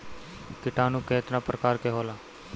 किटानु केतना प्रकार के होला?